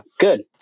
good